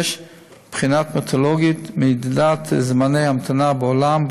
6. בחינת מתודולוגיות ומדידת זמני המתנה בעולם,